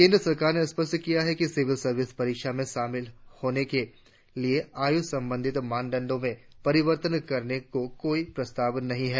केन्द्र सरकार ने स्पष्ट किया है कि सिविल सर्विस परीक्षा में शामिल होने के लिए आयु संबंधी मानदंड में परिवर्तन करने को कोई प्रस्ताव नहीं है